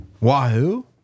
wahoo